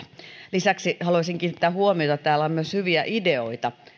lisäksi haluaisin kiinnittää huomiota siihen että täällä on myös hyviä ideoita